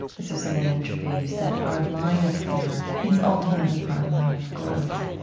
this was in an interview, you said, our line of fear is ultimately our line of growth.